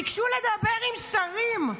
ביקשו לדבר עם שרים,